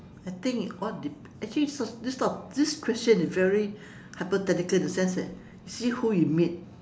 I think it all dep~ actually such this type of these question is very hypothetical in a sense that you see who you meet